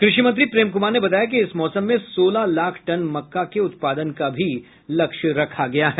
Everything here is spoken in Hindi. कृषि मंत्री प्रेम कुमार ने बताया कि इस मौसम में सोलह लाख टन मक्का के उत्पादन का लक्ष्य रखा गया है